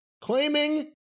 claiming